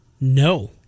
No